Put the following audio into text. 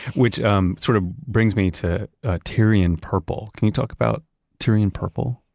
which um sort of brings me to ah tyrian purple. can you talk about tyrian purple?